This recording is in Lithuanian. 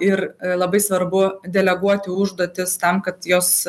ir labai svarbu deleguoti užduotis tam kad jos